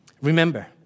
Remember